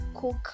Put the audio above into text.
cook